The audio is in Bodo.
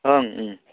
ओं ओ